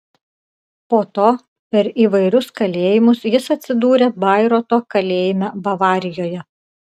po to per įvairius kalėjimus jis atsidūrė bairoito kalėjime bavarijoje